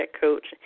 coach